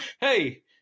hey